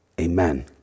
Amen